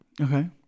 Okay